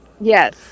Yes